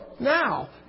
Now